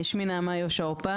שמי נעמה יושע-אורפז,